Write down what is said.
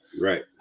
Right